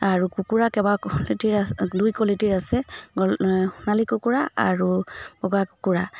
আৰু কুকুৰা কেইবা কোৱালিটিৰ আছে দুই কোৱালিটিৰ আছে গো সোণালী কুকুৰা আৰু বগা কুকুৰা